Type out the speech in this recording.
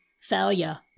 failure